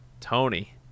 Tony